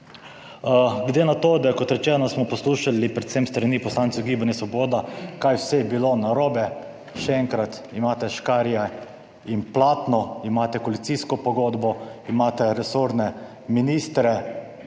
Glede na to, da kot rečeno, smo poslušali, predvsem s strani poslancev gibanja Svoboda kaj vse je bilo narobe. Še enkrat, imate škarje in platno, imate koalicijsko pogodbo, imate resorne ministre,